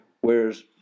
Whereas